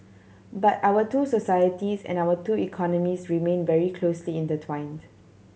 but our two societies and our two economies remained very closely intertwined